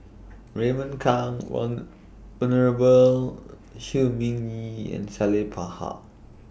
Raymond Kang Win Venerable Shi Ming Yi and Salleh